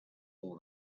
all